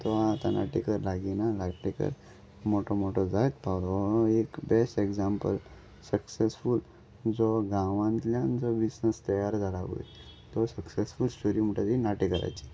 तो आतां नाटेकर लागीं येना नाटेकर मोटो मोटो जायत पावलो हो एक बेस्ट ऍग्जामपल सक्सॅसफूल जो गांवांतल्यान जो बिझनस तयार जाला पळय तो सक्सॅसफूल स्टोरी म्हणटा ती नाटेकाराची